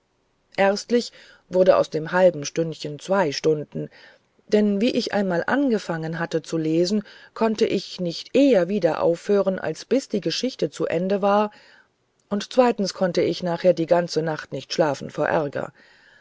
erstlich wurden aus dem halben stündchen zwei stunden denn wie ich einmal angefangen hatte zu lesen konnte ich nicht eher wieder aufhören als bis die geschichte zu ende war und zweitens konnte ich nachher die ganze nacht nicht schlafen vor ärger